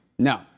No